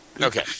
Okay